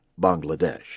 Bangladesh